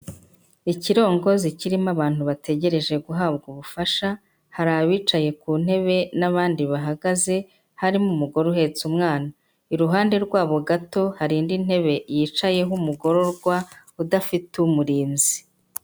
Ikirongozi kirimo abantu bategereje guhabwa ubufasha, hari abicaye ku ntebe n'abandi bahagaze, harimo umugore uhetse umwana. Iruhande rwabo gato hari indi ntebe yicayeho umugororwa udafite umurinzi.